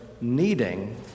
needing